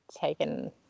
taken